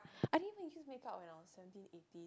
I didn't even use make up when I was seventeen eighteen